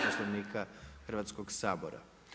Poslovnika Hrvatskoga sabora.